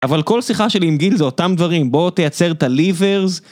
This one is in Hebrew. אבל כל שיחה שלי עם גיל זה אותם דברים, בואו תייצר את הליברס